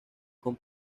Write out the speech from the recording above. con